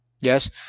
Yes